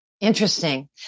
Interesting